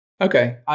Okay